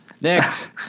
Next